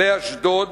לאשדוד